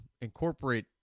incorporate